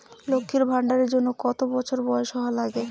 লক্ষী ভান্ডার এর জন্যে কতো বছর বয়স হওয়া লাগে?